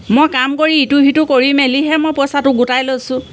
মই কাম কৰি ইটো সিটো কৰি মেলিহে মই পইচাটো গোটাই লৈছোঁ